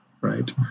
right